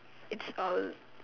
it's all